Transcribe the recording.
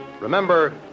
Remember